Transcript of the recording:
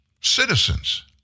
citizens